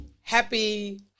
Happy